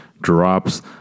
drops